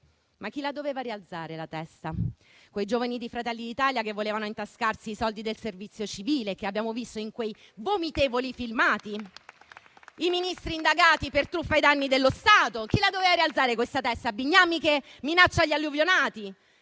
chi doveva rialzare la testa: forse quei giovani di Fratelli d'Italia che volevano intascarsi i soldi del servizio civile, che abbiamo visto in quei vomitevoli filmati, o i Ministri indagati per truffa ai danni dello Stato? Chi doveva rialzare la testa, il vice ministro Bignami che minaccia gli alluvionati,